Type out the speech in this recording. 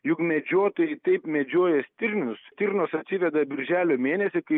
juk medžiotojai taip medžioja stirnius stirnos atsiveda birželio mėnesį kai